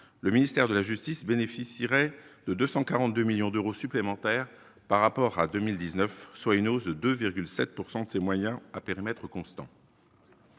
le ministère de la Justice bénéficieraient de 242 millions d'euros supplémentaires par rapport à 2019, soit une hausse de 2 7 pourcent de ses moyens, à périmètre constant.